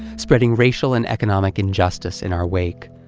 spreading racial and economic injustice in our wake.